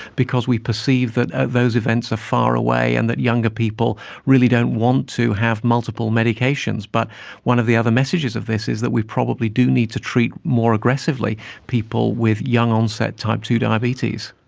because we perceive that ah those events are ah far away and that younger people really don't want to have multiple medications. but one of the other messages of this is that we probably do need to treat more aggressively people with young onset type two diabetes.